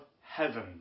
heaven